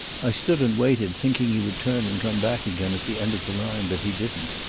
i stood and waited, thinking he would turn and come back again at the end of the line, but he didn't.